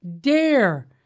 Dare